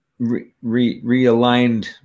realigned